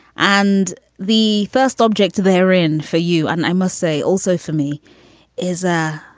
and the first object they're in for you and i must say also for me is a